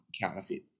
counterfeit